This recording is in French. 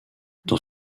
dans